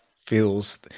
feels